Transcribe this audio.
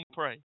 pray